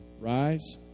Rise